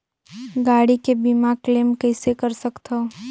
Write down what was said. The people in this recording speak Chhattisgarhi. गाड़ी के बीमा क्लेम कइसे कर सकथव?